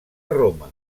roma